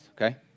Okay